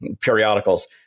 periodicals